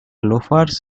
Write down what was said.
loafers